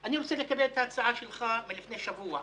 אני רוצה לקבל את ההצעה שלך מלפני שבוע,